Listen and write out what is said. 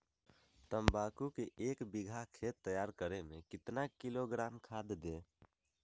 तम्बाकू के एक बीघा खेत तैयार करें मे कितना किलोग्राम खाद दे?